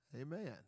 Amen